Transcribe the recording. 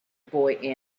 boy